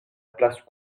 place